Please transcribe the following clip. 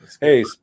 hey